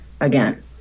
again